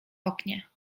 oknie